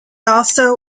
also